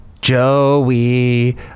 Joey